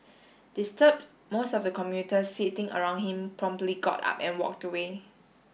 disturbed most of the commuters sitting around him promptly got up and walked away